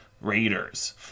raiders